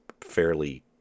fairly